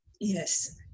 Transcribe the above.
Yes